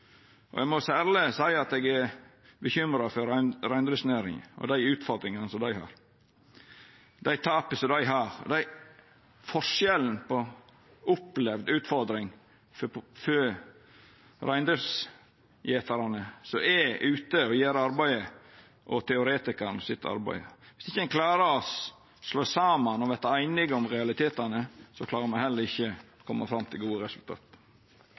Eg må særleg seia at eg er bekymra for reindriftsnæringa og utfordringane og tapa dei har – forskjellen på opplevd utfordring for reindriftsgjetarane, som er ute og gjer arbeidet, og arbeidet til teoretikarane. Viss ein ikkje klarer å slå saman og verta einige om realitetane, klarer me heller ikkje å koma fram til gode resultat.